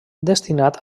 destinat